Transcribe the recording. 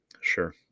Sure